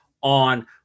on